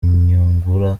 nyungura